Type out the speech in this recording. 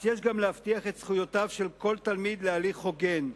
אך יש גם להבטיח את זכויותיו של כל תלמיד להליך הוגן.